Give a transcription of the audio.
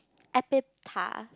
epitaph